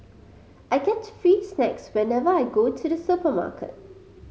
I get free snacks whenever I go to the supermarket